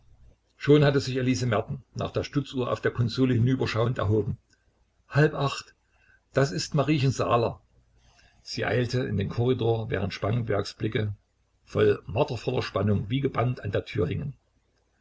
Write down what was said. schon hatte sich elise merten nach der stutzuhr auf der konsole hinüberschauend erhoben halb acht das ist mariechen saaler sie eilte in den korridor während spangenbergs blicke voll martervoller spannung wie gebannt an der tür